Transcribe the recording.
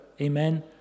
Amen